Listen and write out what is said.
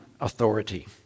authority